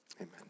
amen